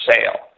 sale